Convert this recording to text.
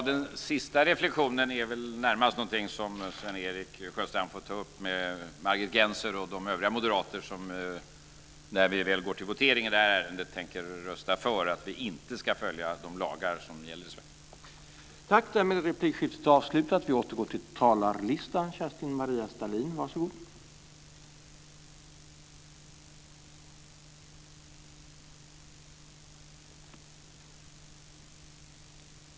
Den sista reflexionen får väl Sven Erik Sjöstrand närmast ta upp med Margit Gennser och de övriga moderater som, när vi väl går till votering i det här ärendet, tänker rösta för att vi inte ska följa de lagar som gäller i Sverige.